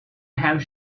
have